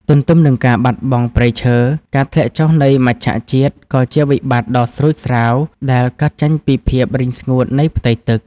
ទន្ទឹមនឹងការបាត់បង់ព្រៃឈើ ការធ្លាក់ចុះនៃមច្ឆជាតិក៏ជាវិបត្តិដ៏ស្រួចស្រាវដែលកើតចេញពីភាពរីងស្ងួតនៃផ្ទៃទឹក។